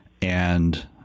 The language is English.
And-